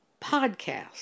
podcast